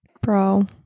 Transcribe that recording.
Bro